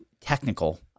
technical